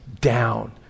down